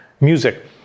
music